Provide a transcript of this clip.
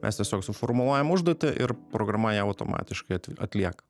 mes tiesiog suformuojam užduotį ir programa ją automatiškai at atlieka